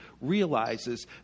realizes